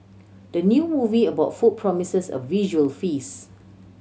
the new movie about food promises a visual feast